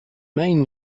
main